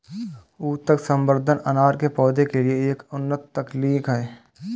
ऊतक संवर्धन अनार के पौधों के लिए एक उन्नत तकनीक है